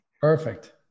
Perfect